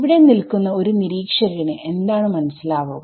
ഇവിടെ നിൽക്കുന്ന ഒരു നിരീക്ഷകന് എന്താണ് മനസ്സിലാവുക